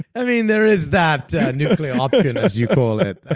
i mean there is that nuclear option as you call it. ah